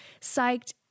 psyched